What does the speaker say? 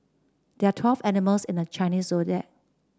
there are twelve animals in the Chinese Zodiac